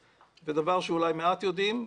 זה דבר שאולי מעט יודעים,